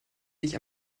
sich